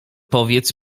powiedz